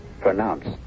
Pronounced